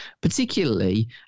particularly